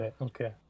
okay